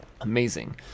amazing